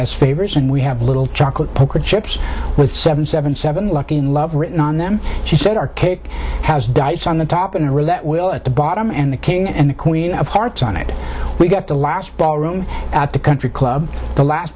as favors and we have little chocolate chips with seven seven seven looking love written on them she said our cake has dice on the top in a row that will at the bottom and the king and queen of hearts on it we get the last ball room at the country club the last